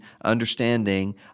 understanding